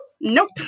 Nope